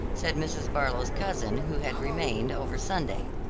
said mrs. barlow's cousin who had remained over sunday.